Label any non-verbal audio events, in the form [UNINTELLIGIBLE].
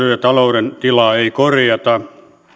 [UNINTELLIGIBLE] ja talouden tilaa ei korjata